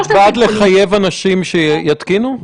את בעד לחייב אנשים שיתקינו?